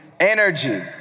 Energy